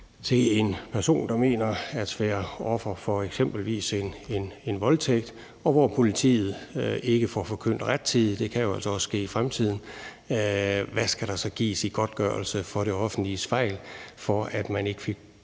til en person, der mener at være offer for eksempelvis en voldtægt, i sager, hvor politiet ikke får forkyndt rettidigt. Det kan jo altså også ske i fremtiden. Hvad skal der så gives i godtgørelse for det offentliges fejl og for, at man ikke fik